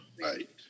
right